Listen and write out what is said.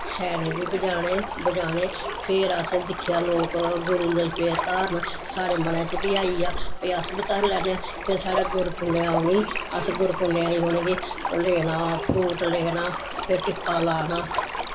छैनें बी बजाने बजाने फिर असें दिक्खेआ लोग गुरू लग्गी पे धारण साढ़े मनै च बी आइया की अस बी धारी लैन्ने आं फिर साढ़े गुरू पु'न्नेआं औनी अस गुरू पु'न्नेआं गी उनें ओह् लैना फ्रूट लैना ते टिक्का लाना